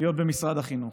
להיות במשרד החינוך.